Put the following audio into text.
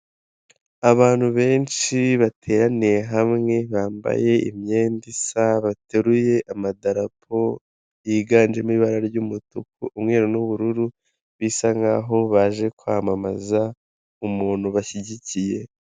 Abantu benshi bateraniye hamwe bambaye imyenda isa, bateruye amadarapo yiganjemo ibara ry'umutuku, umweru n'ubururu, bisa nk'aho baje kwamamaza umuntu bashyigikiye.